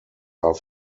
are